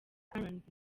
rnb